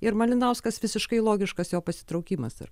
ir malinauskas visiškai logiškas jo pasitraukimas dar